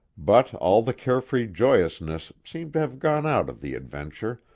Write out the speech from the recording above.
but all the carefree joyousness seemed to have gone out of the adventure,